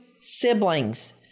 siblings